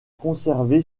conservé